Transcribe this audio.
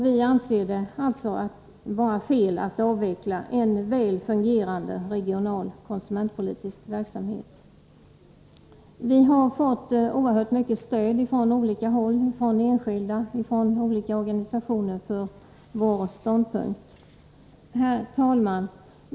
Vi anser det vara fel att avveckla en väl fungerande regional konsumentpolitisk verksamhet. Vi har fått oerhört mycket stöd från olika håll, både från enskilda och från organisationer, för vår ståndpunkt. Herr talman!